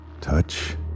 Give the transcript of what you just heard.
Touch